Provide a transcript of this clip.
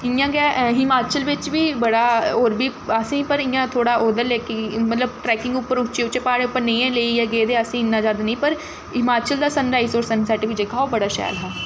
इ'यां गै हिमाचल बिच्च बी बड़ा होर बी असें गी पर इ'यां थोह्ड़ा ओह्दे लेई कि मतलब ट्रैकिंग उप्पर उच्चे उच्चे प्हाड़ें पर नेईं एह् लेइयै गे ते अस इन्ना जैदा नेईं पर हिमाचल दा सन राइज होर सन सैट्ट बी जेह्का हा ओह् बड़ा शैल हा